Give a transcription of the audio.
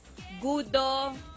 Gudo